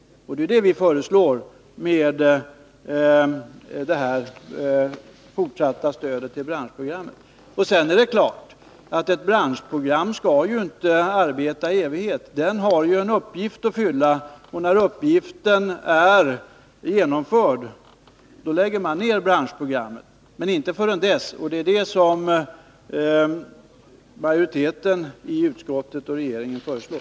Det är detta vi föreslår i vårt krav på fortsatt stöd till branschprogrammen. Men naturligtvis skall ett branschprogram inte gälla i evighet. Det har en uppgift att fylla, och när den uppgiften är fullgjord, då avvecklar man branschprogrammet. Men detta skall inte ske dessförinnan, vilket utskottsmajoriteten och regeringen föreslår.